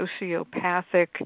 sociopathic